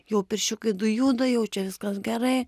jau pirščiukai du juda jau čia viskas gerai